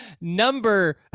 number